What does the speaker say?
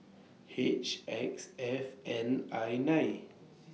H X F N I nine